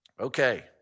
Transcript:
Okay